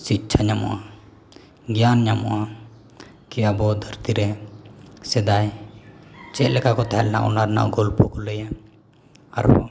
ᱥᱤᱪᱪᱷᱟ ᱧᱟᱢᱚᱜᱼᱟ ᱜᱮᱭᱟᱱ ᱧᱟᱢᱚᱜᱼᱟ ᱠᱤ ᱟᱵᱚ ᱫᱷᱟᱹᱨᱛᱤ ᱨᱮ ᱥᱮᱫᱟᱭ ᱪᱮᱫᱞᱮᱠᱟ ᱠᱚ ᱛᱟᱦᱮᱸᱞᱮᱱᱟ ᱚᱱᱟ ᱨᱮᱱᱟᱜ ᱜᱚᱞᱯᱚ ᱠᱚ ᱞᱟᱹᱭᱟ ᱟᱨᱦᱚᱸ